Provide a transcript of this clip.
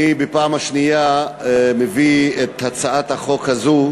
אני בפעם השנייה מביא את הצעת החוק הזו